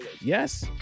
yes